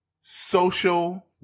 social